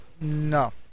No